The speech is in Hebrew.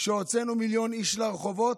כשהוצאנו מיליון איש לרחובות,